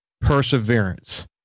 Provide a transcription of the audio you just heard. perseverance